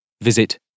visit